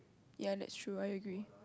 ya that's true I agree